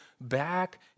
back